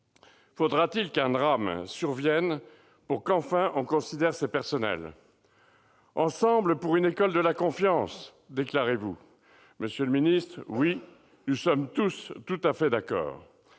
Faudra-t-il qu'un drame survienne pour que, enfin, l'on considère ces personnels ?« Ensemble pour une école de la confiance », déclarez-vous ... Oui, nous sommes tous tout à fait d'accord